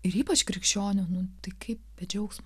ir ypač krikščionių nu tai kaip be džiaugsm